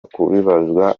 kubibazwa